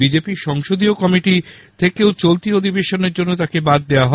BJP র সংসদীয় কমিটি থেকেও চলতি অধিবেশনের জন্য তাঁকে বাদ দেওয়া হয়